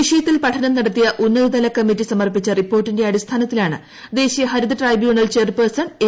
വിഷയത്തിൽ പഠനം നടത്തിയ ഉണ്ടിത്ത്ല കമ്മിറ്റി സമർപ്പിച്ച റിപ്പോർട്ടിന്റെ അടിസ്ഥാനത്തിലാണ് ദേശീയ ഹരിത ട്രൈബ്യൂണർ ചെയർപേഴ്സൺ എ